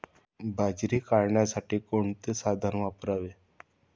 बाजरी काढण्यासाठी कोणते साधन वापरावे?